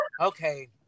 Okay